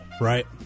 right